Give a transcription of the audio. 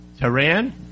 Tehran